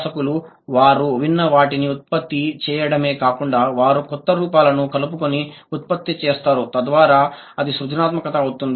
అభ్యాసకులు వారు విన్న వాటిని ఉత్పత్తి చేయడమే కాకుండా వారు కొత్త రూపాలను కలుపుకొని ఉత్పత్తి చేస్తారు తద్వారా అది సృజనాత్మకత అవుతుంది